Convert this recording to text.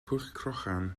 pwllcrochan